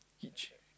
hitch